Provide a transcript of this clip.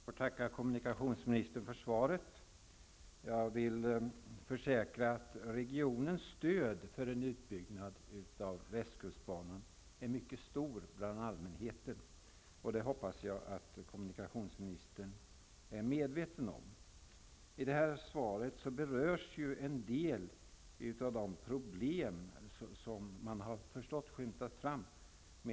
Fru talman! Jag tackar kommunikationsministern för svaret. Jag kan försäkra att regionens stöd för en utbyggnad av västkustbanan är mycket stort bland allmänheten. Det hoppas jag att kommunikationsministern är medveten om. I svaret berörs en del av de problem som har skymtat fram.